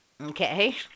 Okay